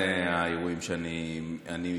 אלה האירועים שאני מתכוון,